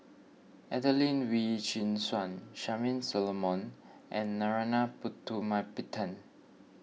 Adelene Wee Chin Suan Charmaine Solomon and Narana Putumaippittan